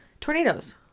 tornadoes